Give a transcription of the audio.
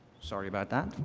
sorry about that.